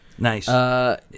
Nice